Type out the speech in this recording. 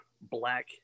black